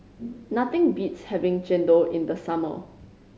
nothing beats having chendol in the summer